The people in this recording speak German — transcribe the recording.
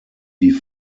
die